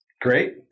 Great